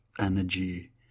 energy